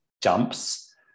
jumps